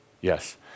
Yes